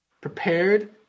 prepared